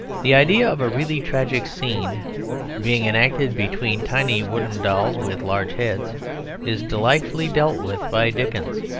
the idea of a really tragic scene being enacted between tiny wooden dolls with large heads is delightfully dealt with by dickens.